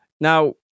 Now